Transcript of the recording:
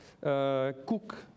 cook